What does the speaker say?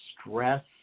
stress